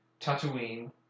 Tatooine